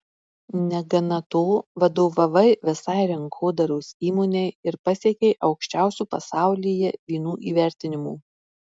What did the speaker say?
negana to vadovavai visai rinkodaros įmonei ir pasiekei aukščiausių pasaulyje vynų įvertinimų